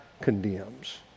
condemns